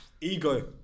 Ego